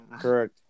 correct